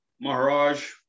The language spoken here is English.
Maharaj